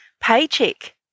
paycheck